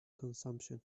consumption